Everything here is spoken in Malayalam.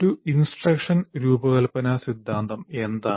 ഒരു ഇൻസ്ട്രക്ഷൻ രൂപകൽപ്പന സിദ്ധാന്തം എന്താണ്